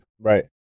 Right